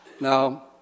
Now